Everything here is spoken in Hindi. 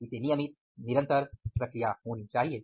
इसे नियमित निरंतर प्रक्रिया होनी चाहिए